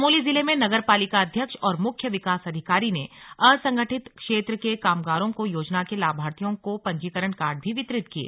चमोली जिले में नगर पालिका अध्यक्ष और मुख्य विकास अधिकारी ने असंगठित क्षेत्र के कामगारों को योजना के लाभार्थियों को पंजीकरण कार्ड भी वितरित किये